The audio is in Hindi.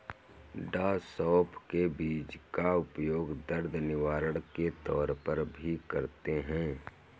डॉ सौफ के बीज का उपयोग दर्द निवारक के तौर पर भी करते हैं